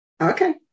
Okay